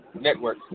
Network